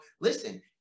listen